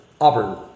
Auburn